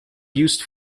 used